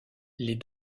les